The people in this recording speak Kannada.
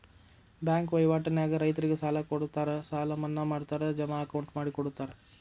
ಬ್ಯಾಂಕ್ ವಹಿವಾಟ ನ್ಯಾಗ ರೈತರಿಗೆ ಸಾಲ ಕೊಡುತ್ತಾರ ಸಾಲ ಮನ್ನಾ ಮಾಡ್ತಾರ ಜಮಾ ಅಕೌಂಟ್ ಮಾಡಿಕೊಡುತ್ತಾರ